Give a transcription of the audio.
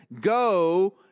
go